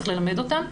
צריך ללמד אותם.